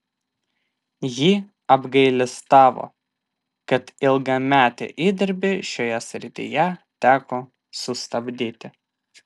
ji apgailestavo kad ilgametį įdirbį šioje srityje teko sustabdyti